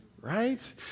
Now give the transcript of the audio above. Right